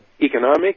economic